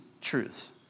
truths